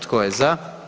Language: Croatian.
Tko je za?